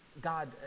God